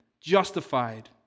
justified